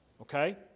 Okay